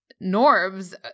norms